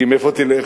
כי לאיפה תלך?